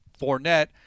Fournette